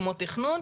כמו תכנון.